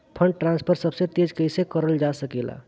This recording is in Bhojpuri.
फंडट्रांसफर सबसे तेज कइसे करल जा सकेला?